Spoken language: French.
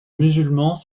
musulmans